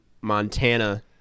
Montana